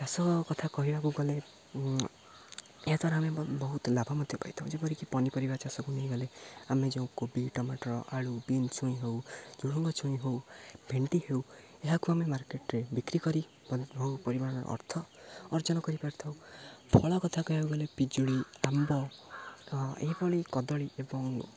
ଚାଷ କଥା କହିବାକୁ ଗଲେ ଏହାଦ୍ଵାରା ଆମେ ବହୁତ ଲାଭ ମଧ୍ୟ ପାଇଥାଉ ଯେପରିକି ପନିପରିବା ଚାଷକୁ ନେଇଗଲେ ଆମେ ଯେଉଁ କୋବି ଟମାଟର ଆଳୁ ବିନ୍ ଛୁଇଁ ହଉ ଝୁଡ଼ୁଙ୍ଗ ଛୁଇଁ ହଉ ଭେଣ୍ଡି ହେଉ ଏହାକୁ ଆମେ ମାର୍କେଟରେ ବିକ୍ରି କରି ବହୁ ପରିମାଣରେ ଅର୍ଥ ଅର୍ଜନ କରିପାରିଥାଉ ଫଳ କଥା କହିବାକୁ ଗଲେ ପିଜୁଳି ଆମ୍ବ ଏହିଭଳି କଦଳୀ ଏବଂ